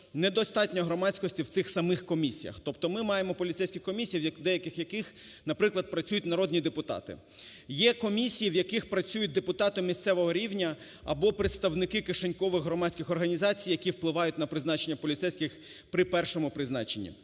недостатньо громадськості в цих самих комісіях. Тобто ми маємо поліцейські комісії, деякі з яких, наприклад, працюють народні депутати. Є комісії в яких працюють депутати місцевого рівня або представники кишенькових громадських організацій, які впливають на призначення поліцейських при першому призначенні.